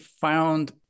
found